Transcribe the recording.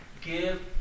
give